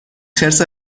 خرس